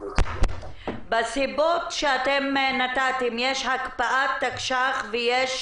בסיבות שנתתם יש הקפאת תקש"ח ויש